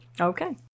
Okay